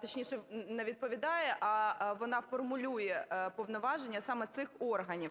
точніше, не відповідає, а вона формулює повноваження саме цих органів.